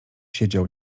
siedział